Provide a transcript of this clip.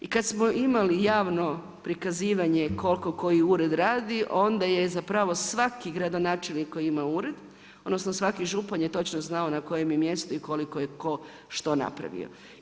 I kada smo imali javno prikazivanje koliko koji ured radi onda je zapravo svaki gradonačelnik koji ima ured, odnosno svaki župan je točno znao na kojem je mjestu i koliko je tko što napravio.